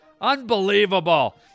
Unbelievable